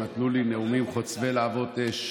נתנו לי נאומים חוצבי להבות אש